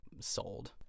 sold